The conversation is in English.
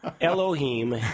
Elohim